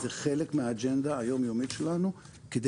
זה חלק מהאג'נדה היום יומית שלנו כדי